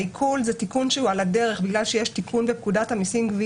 העיקול הוא תיקון שהוא על הדרך.